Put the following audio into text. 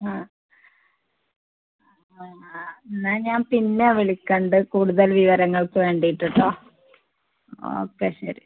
ആ ആ എന്നാൽ ഞാൻ പിന്നെ വിളിക്കണുണ്ട് കൂടുതൽ വിവരങ്ങൾക്ക് വേണ്ടീട്ട്ട്ടോ ഓക്കെ ശരി